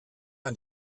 ein